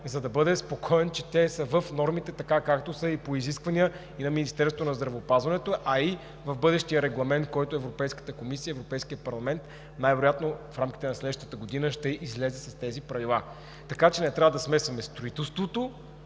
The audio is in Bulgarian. за да бъде спокоен, че те са в нормите така, както са по изисквания и на Министерството на здравеопазването, а и в бъдещия регламент – Европейската комисия, Европейският парламент най-вероятно в рамките на следващата година ще излезе с тези правила. Така че не трябва да смесваме строителството,